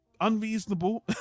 unreasonable